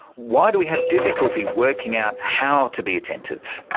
why do we have difficulty working out how to be attentive?